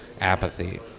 apathy